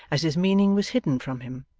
as his meaning was hidden from him.